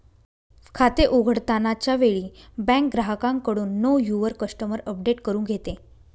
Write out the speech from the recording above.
खाते उघडताना च्या वेळी बँक ग्राहकाकडून नो युवर कस्टमर अपडेट करून घेते